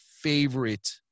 favorite